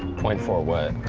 point four what?